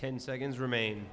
ten seconds remain